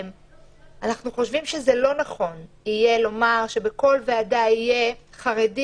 אנחנו חושבים שזה לא נכון יהיה לומר שבכל ועדה יהיו: חרדי,